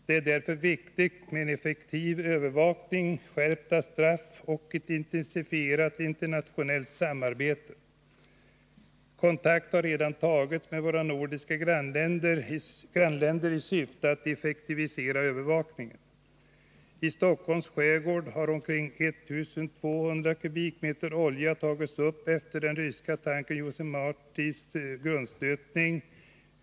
Det är därför viktigt med en effektiv övervakning, skärpta straff och ett intensifierat internationellt samarbete. Kontakt har redan tagits med våra nordiska grannländer i syfte att effektivisera övervakningen. I Stockholms skärgård har omkring 1 200 kubikmeter olja tagits upp efter den ryska tankern José Martis grundstötning.